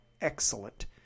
excellent